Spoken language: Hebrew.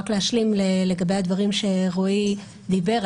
רק להשלים לגבי הדברים שרועי דיבר,